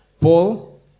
Paul